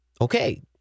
Okay